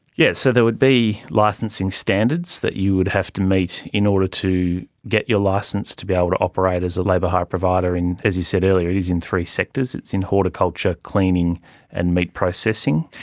yes, so there would be licensing standards that you would have to meet in order to get your licence to be able to operate as a labour hire provider. as you said earlier, it is in three sectors, it's in horticulture, cleaning and meat processing.